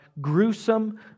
gruesome